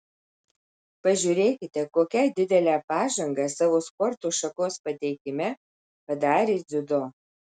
pažiūrėkite kokią didelę pažangą savo sporto šakos pateikime padarė dziudo